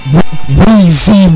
Weezy